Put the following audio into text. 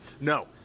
no